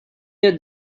year